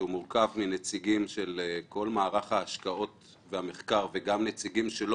שמורכב מנציגים של כל מערך ההשקעות והמחקר וגם מנציגים שלא